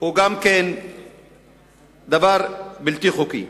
הוא גם כן בלתי חוקי.